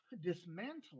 dismantling